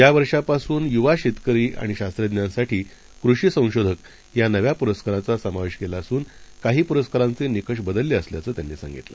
यावर्षांपासून युवा शेतकरी आणि शास्त्रज्ञांसाठी कृषी संशोधक या नव्या पुरस्कारांचा समावेश केला असून काही पुरस्कारांचे निकष बदलले असल्याचं त्यांनी सांगितलं